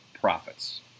profits